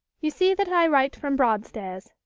you see that i write from broadstairs,